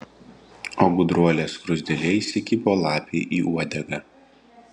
o gudruolė skruzdėlė įsikibo lapei į uodegą